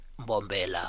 Bombela